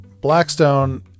Blackstone